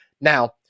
Now